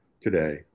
today